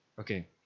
Okay